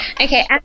okay